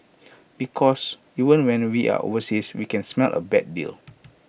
because even when we are overseas we can smell A bad deal